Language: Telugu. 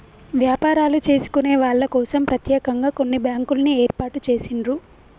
వ్యాపారాలు చేసుకునే వాళ్ళ కోసం ప్రత్యేకంగా కొన్ని బ్యాంకుల్ని ఏర్పాటు చేసిండ్రు